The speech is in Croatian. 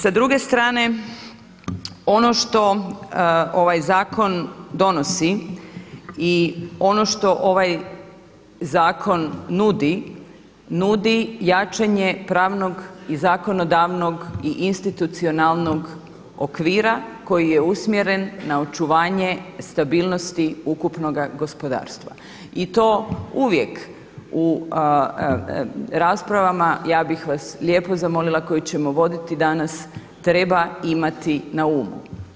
Sa druge strane ono što ovaj zakon donosi i ono što ovaj zakon nudi, nudi jačanje pravnog, i zakonodavnog i institucionalnog okvira koji je usmjeren na očuvanje stabilnosti ukupnoga gospodarstva i to uvijek u raspravama ja bih vas lijepo zamolila koje ćemo voditi danas treba imati na umu.